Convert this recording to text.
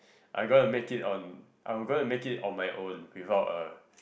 I'm gonna make it on I'm gonna make it on my own without a